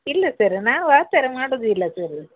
ಇಲ್ಲ ಸರ್ ನಾವು ಆ ಥರ ಮಾಡೋದಿಲ್ಲ ಸರ್